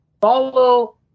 follow